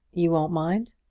you won't mind?